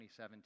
2017